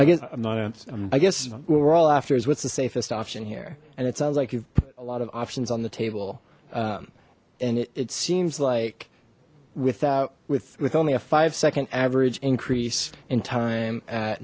not i guess we're all after is what's the safest option here and it sounds like you've a lot of options on the table and it seems like without with with only a five second average increase in time a